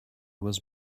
was